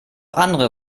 andere